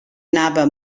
anava